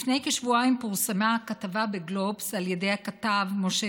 לפני כשבועיים פורמה כתבה בגלובס של הכתב משה